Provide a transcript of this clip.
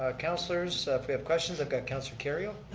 ah councilors, if we have questions, i've got councilor kerrio.